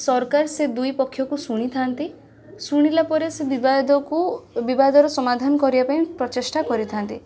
ସରକାର ସେ ଦୁଇପକ୍ଷକୁ ଶୁଣିଥାଆନ୍ତି ଶୁଣିଲାପରେ ସେ ବିବାଦକୁ ବିବାଦର ସମାଧାନ କରିବାପାଇଁ ପ୍ରଚେଷ୍ଟା କରିଥାନ୍ତି